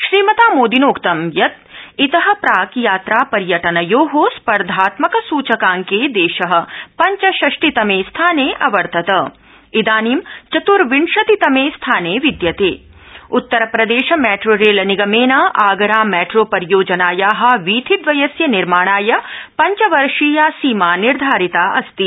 श्रीमता मोदिनोक्त यत् इत प्राक् यात्रा पर्यटनयो प्रतिस्पर्धात्मक सुचकांक दृष्ट पंचषष्टितमस्थिान अवर्तत इदानीं चतुर्विंशतितम थान विद्यत उत्तर प्रदृष्ट मद्री रत्त्र निगम आगरामैट्रोपरियोजनाया वीथिद्वयस्य निर्माणाय पंचवर्षीया सीमा निर्धारिता अस्ति